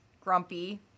grumpy